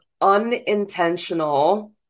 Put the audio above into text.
unintentional